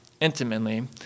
intimately